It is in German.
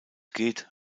geht